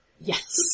Yes